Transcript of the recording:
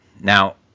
Now